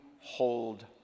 hold